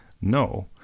no